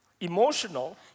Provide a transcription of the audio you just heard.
Emotional